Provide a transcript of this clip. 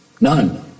None